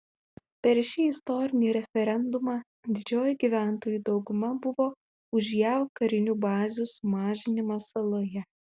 per šį istorinį referendumą didžioji gyventojų dauguma buvo už jav karinių bazių sumažinimą saloje